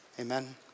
Amen